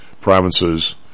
provinces